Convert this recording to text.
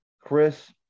Chris